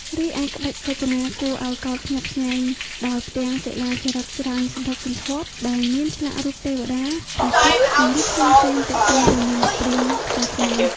រីឯក្បាច់រចនាគួរអោយកោតស្ញប់ស្ញែងដោយផ្ទាំង សិលាចារឹក ច្រើនសន្ធឹកសន្ធាប់ដែលមានឆ្លាក់រូបទេវតា ព្រះពុទ្ធ និងរូបផ្សេងៗទាក់ទងទៅនិងព្រាហ្មណ៍សាសនា ។